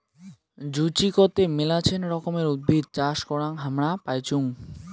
জুচিকতে মেলাছেন রকমের উদ্ভিদ চাষ করাং হামরা পাইচুঙ